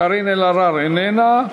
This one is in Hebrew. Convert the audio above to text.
קארין אלהרר, איננה.